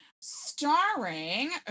starring